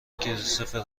کریستوفر